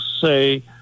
say